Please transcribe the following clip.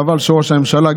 חבל שראש הממשלה,